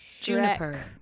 Juniper